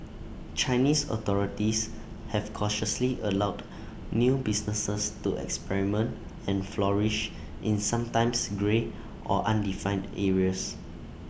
Chinese authorities have cautiously allowed new businesses to experiment and flourish in sometimes grey or undefined areas